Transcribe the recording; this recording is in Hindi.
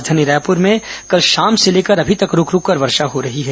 राजधानी रायपुर में कल शाम से लेकर अभी तक रूक रूक वर्षा हो रही है